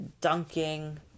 Dunking